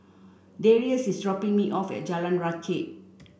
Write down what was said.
Darrius is dropping me off at Jalan Rakit